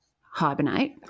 hibernate